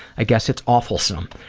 i guess it's awfulsome.